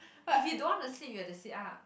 if you don't want to sleep you have to sit up